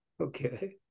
Okay